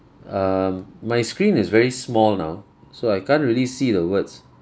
um my screen is very small now so I can't really see the words